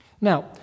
Now